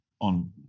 on